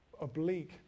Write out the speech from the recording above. oblique